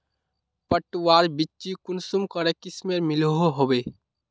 पटवार बिच्ची कुंसम करे किस्मेर मिलोहो होबे?